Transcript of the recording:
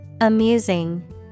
Amusing